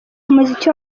umuziki